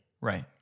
Right